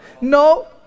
No